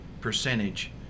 percentage